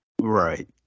Right